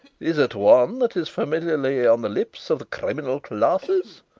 is it one that is familiarly on the lips of the criminal classes?